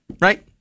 Right